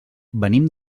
venim